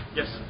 Yes